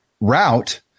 route